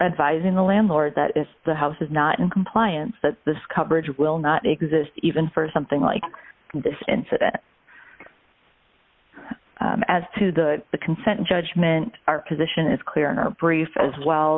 advising the landlord that is the house is not in compliance that this coverage will not exist even for something like this incident as to the consent judgment our position is clear brief as well